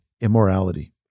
immorality